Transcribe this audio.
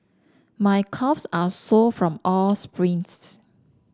my calves are sore from all the sprints